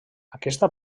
aquesta